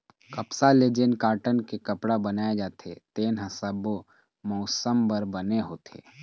कपसा ले जेन कॉटन के कपड़ा बनाए जाथे तेन ह सब्बो मउसम बर बने होथे